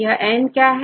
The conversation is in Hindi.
यहां N क्या है